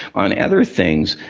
on other things,